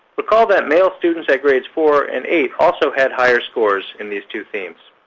recall that male students at grades four and eight also had higher scores in these two themes.